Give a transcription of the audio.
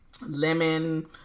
lemon